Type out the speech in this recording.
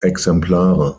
exemplare